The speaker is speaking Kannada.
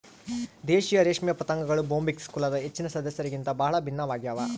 ದೇಶೀಯ ರೇಷ್ಮೆ ಪತಂಗಗಳು ಬೊಂಬಿಕ್ಸ್ ಕುಲದ ಹೆಚ್ಚಿನ ಸದಸ್ಯರಿಗಿಂತ ಬಹಳ ಭಿನ್ನವಾಗ್ಯವ